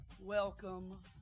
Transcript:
welcome